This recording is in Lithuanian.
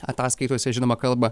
ataskaitose žinoma kalba